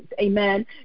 amen